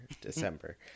December